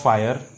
Fire